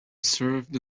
served